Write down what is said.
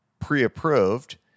pre-approved